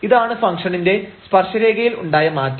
ഇതാണ് ഫംഗ്ഷണിന്റെ സ്പർശരേഖയിൽ ഉണ്ടായ മാറ്റം